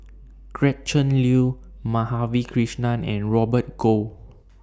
Gretchen Liu Madhavi Krishnan and Robert Goh